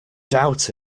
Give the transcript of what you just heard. doubt